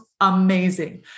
amazing